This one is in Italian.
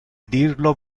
dirlo